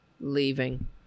leaving